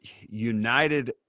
united